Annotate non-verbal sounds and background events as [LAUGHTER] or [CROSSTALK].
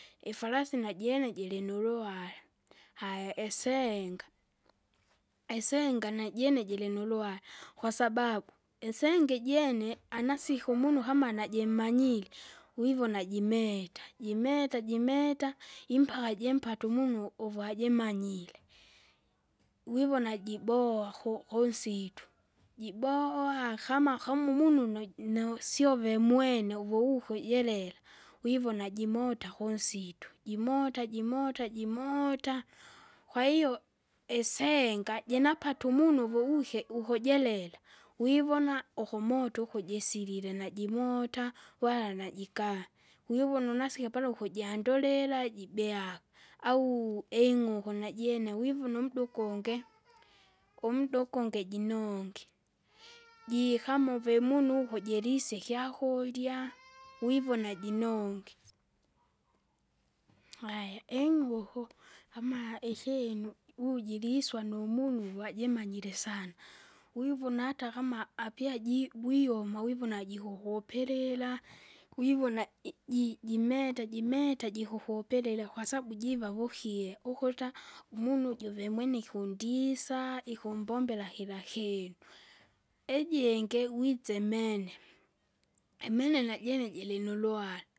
Ifarasi najene jilinuluhara, haya esenga, esenga najene jilinuluhara, kwasababu, esenga ijene anasiku umunu kama kama najimmanyire, [NOISE] wivona jimeeta, jimeta jimeta! impaka jimpata umunu uvu ajimanyire. Wivona jiboha ku- kunsitu, [NOISE] jibowa kama kama umununu niusyove imwene uvuukwe jerera, wivona jimota kunsitu, jimota jimota jimoot. Kwahiyo esenga jinapata umunu uvuwike ukujerera, wivona, ukumota ukujisilile najimota, wala najika, wivona unasike pala ukujandulila jibeaka, au ing'uku najene vivuna umda, [NOISE] ukunge, [NOISE] umda ukungi jinongye, [NOISE] jikama uvemunu uko jirisika ikyakurya, [NOISE] wivona jinonge. Haya ing'uku kama ikinu ujiliswa numunu wajimanyire sana, wivona hata apyajivuioma wivona jikukupilila, kwivona i- ji- jimeta jimeta jikukupilila kwasabu jiva vukie ukuta, umunu uju vimwene ikundisa, ikumbombela kila kinu. Ijingi uwise imene, imene najene jilinuluhara.